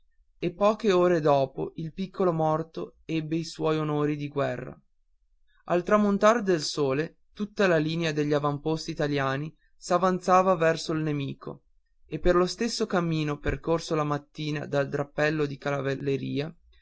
e poche ore dopo il piccolo morto ebbe i suoi onori di guerra al tramontar del sole tutta la linea degli avamposti italiani s'avanzava verso il nemico e per lo stesso cammino percorso la mattina dal drappello di cavalleria